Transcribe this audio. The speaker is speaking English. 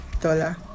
dollar